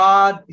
God